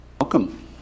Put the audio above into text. Welcome